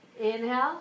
Inhale